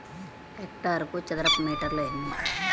హెక్టారుకు చదరపు మీటర్లు ఎన్ని?